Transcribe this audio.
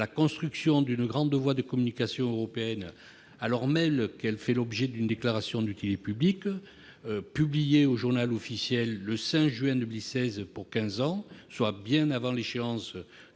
construction d'une grande voie de communication européenne, alors même que celle-ci fait l'objet d'une déclaration d'utilité publique publiée au le 5 juin 2016 pour quinze ans, soit bien avant l'échéance de